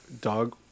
Dog